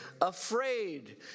Afraid